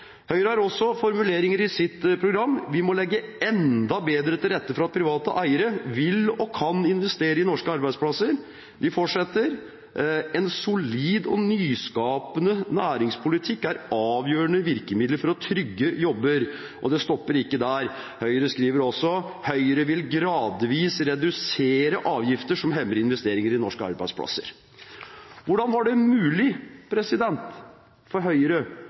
Høyre har også formuleringer i sitt program: Vi «må enda bedre legge til rette for at private eiere vil og kan investere i utvikling av norske arbeidsplasser». Og de fortsetter: «En solid og nyskapende næringspolitikk er et avgjørende virkemiddel for å trygge jobber». Det stopper ikke der. Høyre skriver også at de gradvis vil redusere avgifter «som hemmer investeringer i norske arbeidsplasser». Hvordan var det mulig for Høyre